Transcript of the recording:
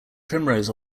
primrose